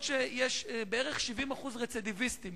אף שיש בערך 70% רצידיביסטים,